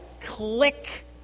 click